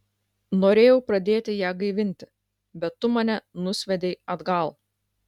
norėjau pradėti ją gaivinti bet tu mane nusviedei atgal